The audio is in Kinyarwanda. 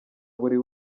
buri